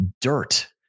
dirt